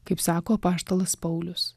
kaip sako apaštalas paulius